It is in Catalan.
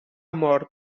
mort